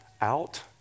out